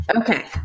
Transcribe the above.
Okay